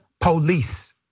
police